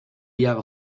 jahre